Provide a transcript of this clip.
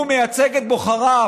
הוא מייצג את בוחריו.